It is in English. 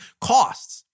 costs